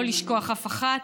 לשכוח אף אחת,